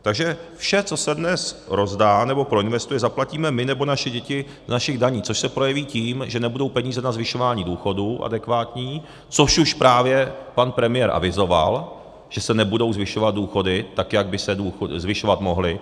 Takže vše, co se dnes rozdá nebo proinvestuje, zaplatíme my nebo naše děti z našich daní, což se projeví tím, že nebudou peníze na zvyšování důchodů, adekvátní, což už právě pan premiér avizoval, že se nebudou zvyšovat důchody, tak jak by se zvyšovat mohly.